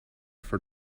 for